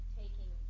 taking